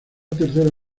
tercera